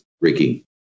Ricky